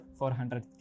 400